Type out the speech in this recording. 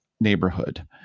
neighborhood